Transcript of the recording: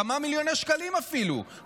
כמה מיליוני שקלים אפילו,